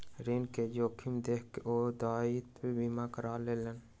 ऋण के जोखिम देख के ओ दायित्व बीमा करा लेलैन